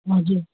हजुर